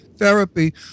therapy